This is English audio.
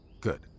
Good